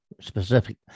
specific